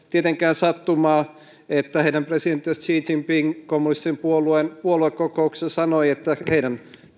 tietenkään sattumaa että heidän presidenttinsä xi jinping kommunistisen puolueen puoluekokouksessa sanoi että heidän